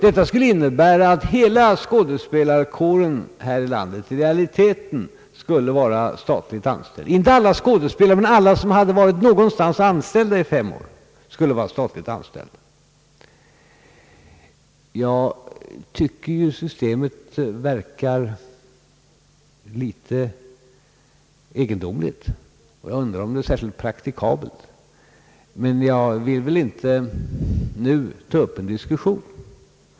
Detta skulle innebära att hela skådespelarkåren här i landet i realiteten skulle bli statligt anställd — inte alla skådespelare, men alla som varit anställda någonstans i fem år. Jag tycker att detta system verkar något egendomligt, och jag undrar om det är särskilt praktikabelt. Om det vill jag ändå inte nu ta upp en diskussion.